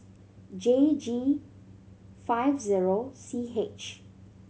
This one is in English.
J G five zero C H